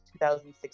2006